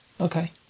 Okay